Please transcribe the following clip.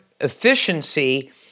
efficiency